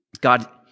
God